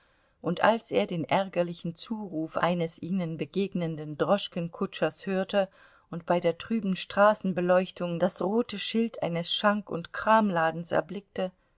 und als er den ärgerlichen zuruf eines ihnen begegnenden droschkenkutschers hörte und bei der trüben straßenbeleuchtung das rote schild eines schank und kramladens erblickte